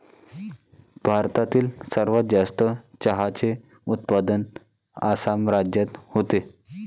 भारतातील सर्वात जास्त चहाचे उत्पादन आसाम राज्यात होते